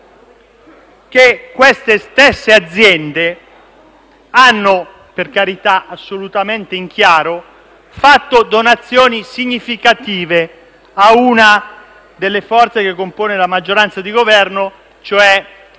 che queste stesse aziende hanno fatto (assolutamente in chiaro, per carità) donazioni significative a una delle forze che compongono la maggioranza di Governo, cioè alla